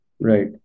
Right